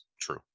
True